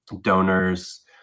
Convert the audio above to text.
donors